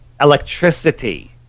electricity